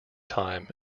time